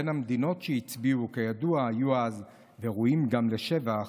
בין המדינות שהצביעו בעד היו אז גם ראויים לשבח,